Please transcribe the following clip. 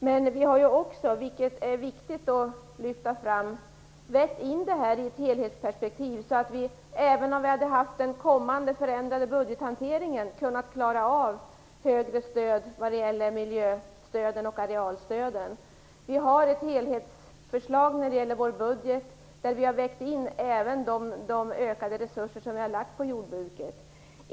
Men det är viktigt att lyfta fram att vi ju också har vägt in detta i ett helhetsperspektiv så att vi, även om vi hade haft den kommande förändrade budgethanteringen, hade kunnat klara av högre miljö och arealstöd. Vi har ett helhetsförslag i vår budget, där vi även har vägt in de ökade resurser som vi har lagt på jordbruket.